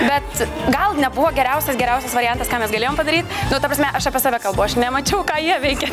bet gal nebuvo geriausias geriausias variantas ką mes galėjom padaryt nu ta prasme aš apie save kalbu aš nemačiau ką jie veikė